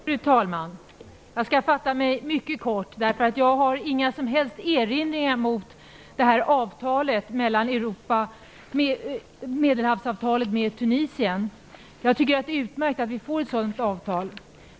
Fru talman! Jag skall fatta mig mycket kort, därför att jag har inga som helst erinringar mot Europa Medelhavsavtalet med Tunisien. Det är utmärkt att det blir ett sådant avtal.